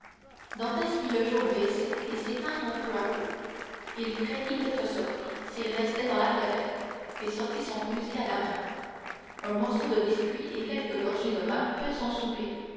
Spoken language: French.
vit le jour baisser et s'éteindre peu à peu il craignit d'être surpris s'il restait dans la caverne et sortit son fusil à la main un morceau de biscuit et quelques gorgées de vin furent son souper